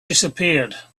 disappeared